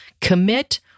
commit